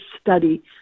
study